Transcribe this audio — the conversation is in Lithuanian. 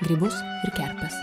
grybus ir kerpes